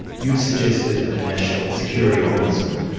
you've suggested a national security ombudsman.